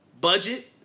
budget